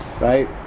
right